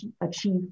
achieve